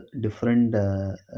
different